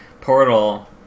Portal